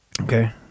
Okay